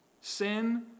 Sin